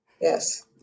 Yes